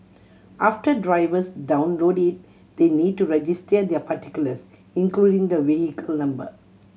after drivers download it they need to register their particulars including the vehicle number